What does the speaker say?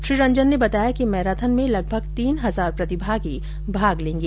श्री रंजन ने बताया कि मैराथन में लगभग तीन हजार प्रतिभागी भाग लेंगे